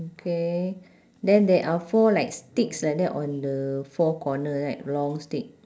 okay then there are four like sticks like that on the four corner right long stick